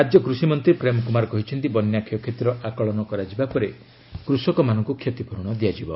ରାଜ୍ୟ କୃଷିମନ୍ତ୍ରୀ ପ୍ରେମ୍ କୁମାର କହିଛନ୍ତି ବନ୍ୟା କ୍ଷୟକ୍ଷତିର ଆକଳନ କରାଯିବା ପରେ କୃଷକମାନଙ୍କୁ କ୍ଷତିପ୍ରରଣ ଦିଆଯିବ